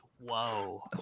Whoa